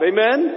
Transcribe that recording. Amen